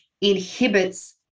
inhibits